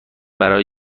برای